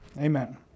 Amen